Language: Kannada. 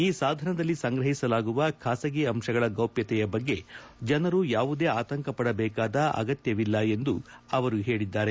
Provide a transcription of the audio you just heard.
ಈ ಸಾಧನದಲ್ಲಿ ಸಂಗ್ರಹಿಸಲಾಗುವ ಖಾಸಗಿ ಅಂಶಗಳ ಗೌಪ್ಚತೆಯ ಬಗ್ಗೆ ಜನರು ಯಾವುದೇ ಆತಂಕ ಪಡಬೇಕಾದ ಅಗತ್ತವಿಲ್ಲ ಎಂದು ಅವರು ಹೇಳಿದ್ದಾರೆ